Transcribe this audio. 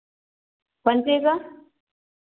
कोन चीजके